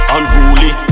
unruly